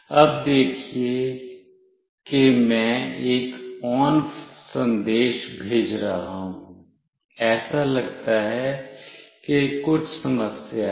अब देखिए कि मैं एक ON संदेश भेज रहा हूँ ऐसा लगता है कि कुछ समस्या है